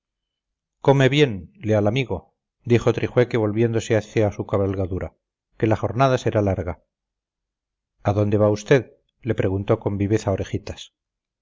come bien leal amigo dijo trijueque volviéndose hacia su cabalgadura que la jornada será larga a dónde va usted le preguntó con viveza orejitas